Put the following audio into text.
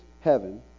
heaven